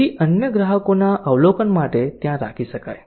જેથી અન્ય ગ્રાહકોના અવલોકન માટે ત્યાં રાખી શકાય